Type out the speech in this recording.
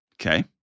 Okay